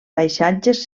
paisatges